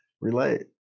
relate